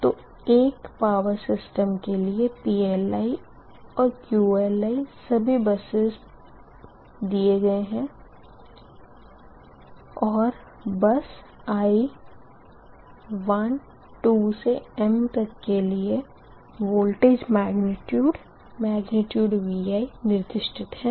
तो एक power system के लिए PLi और QLi सभी बसेस पर दिए गए है और बस i 1 2 3m के लिए वोल्टेज मेग्निट्यूड Vi निर्दिष्टित है